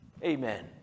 amen